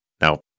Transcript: Now